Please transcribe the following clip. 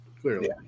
Clearly